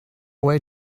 way